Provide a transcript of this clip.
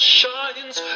shines